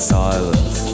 silence